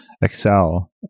excel